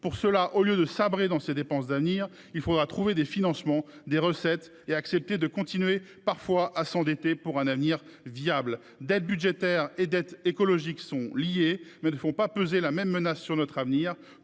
Pour cela, au lieu de sabrer ces dépenses d’avenir, il faudra trouver des financements et des recettes, mais aussi accepter de continuer parfois à s’endetter pour assurer un avenir viable. Dette budgétaire et dette écologique sont liées, mais elles ne font pas peser la même menace sur notre avenir.